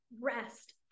rest